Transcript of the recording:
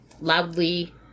loudly